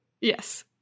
Yes